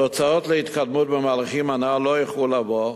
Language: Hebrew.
תוצאות ההתקדמות במהלכים הנ"ל לא איחרו לבוא,